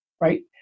right